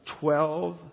Twelve